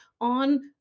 on